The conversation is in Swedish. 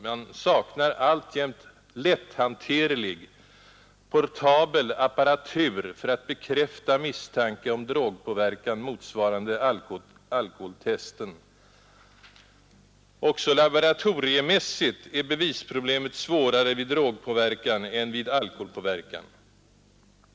Man saknar alltjämt lätthanterlig portabel apparatur, motsvarande alkoholtesten, för att bekräfta misstanke om drogpåverkan. Också laboratoriemässigt är bevisproblemet svårare vid drogpåverkan än vid alkoholpåverkan.